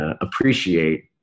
appreciate